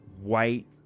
white